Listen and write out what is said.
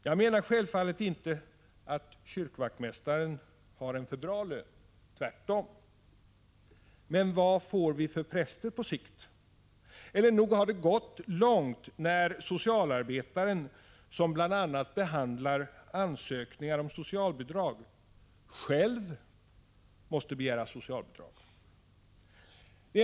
Jag menar självfallet inte att kyrkvaktmästaren har en för bra lön, tvärtom. Men vad får vi för präster på sikt? Och nog har det gått långt när socialarbetaren, som bl.a. behandlar ansökningar om socialbidrag, själv måste begära socialbidrag.